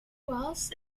wells